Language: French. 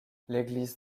l’église